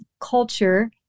culture